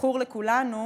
כזכור לכולנו,